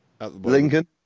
Lincoln